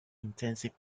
intensive